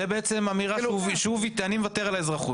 זאת בעצם אמירה, אני מוותר על האזרחות.